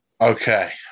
Okay